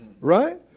Right